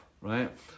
Right